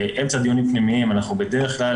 באמצע דיונים פנימיים אנחנו בדרך כלל